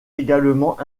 également